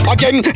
Again